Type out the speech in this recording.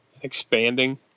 expanding